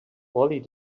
mollie